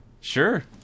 Sure